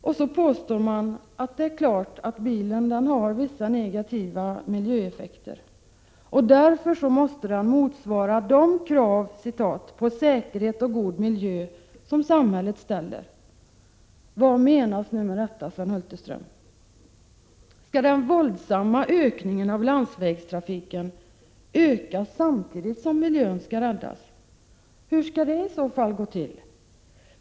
Och så påstår man att det är klart att bilen har vissa negativa miljöeffekter och att den därför måste motsvara de krav på säkerhet och god miljö som samhället ställer. Vad menas med detta, Sven Hulterström? Skall den våldsamma ökningen av landsvägstrafiken ske samtidigt som miljön skall räddas? Hur skall det i så fall gå till?